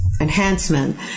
enhancement